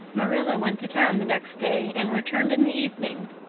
marilla went to town the next day and returned in the evening.